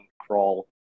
crawl